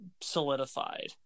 solidified